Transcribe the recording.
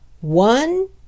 One